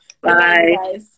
bye